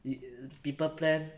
!ee! people plan